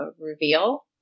reveal